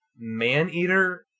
Maneater